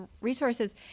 resources